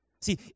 See